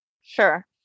Sure